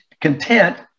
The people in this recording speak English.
content